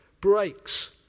breaks